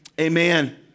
amen